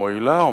מועילה או